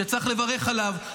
שצריך לברך עליו.